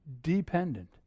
dependent